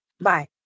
bye